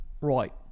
Right